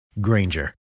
Granger